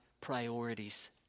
priorities